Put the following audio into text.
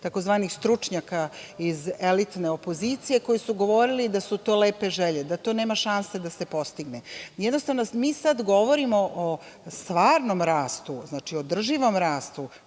tzv. stručnjaka iz elitne opozicije, koji su govorili da su to lepe želje, da to nema šanse da se postigne. Jednostavno, mi sada govorimo o stvarnom rastu, znači održivom rastu